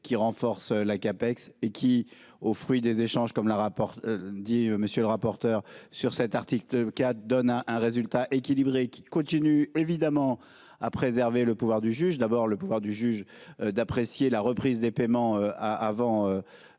qui renforce la CAPEX et qui aux fruits des échanges comme la rapporte dit monsieur le rapporteur. Sur cet article 4 donne un, un résultat équilibré qui continue évidemment à préserver le pouvoir du juge d'abord le pouvoir du juge d'apprécier la reprise des paiements. Avant.